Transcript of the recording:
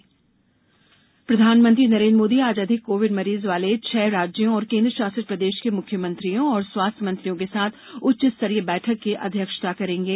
Covid समीक्षा प्रधानमंत्री नरेन्द्र मोदी आज अधिक कोविड मरीज वाले छह राज्यों और केन्द्र शासित प्रदेश के मुख्यमंत्रियों और स्वास्थ्य मंत्रियों के साथ उच्च स्तरीय बैठक की अध्यक्षता करेंगे